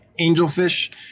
angelfish